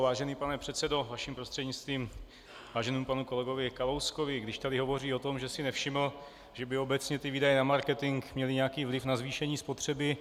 Vážený pane předsedo, vaším prostřednictvím k váženému panu kolegovi Kalouskovi, když tady hovoří o tom, že si nevšiml, že by obecně výdaje na marketing měly nějaký vliv na zvýšení spotřeby.